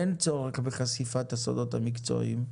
אין צורך בחשיפת הסודות המקצועיים.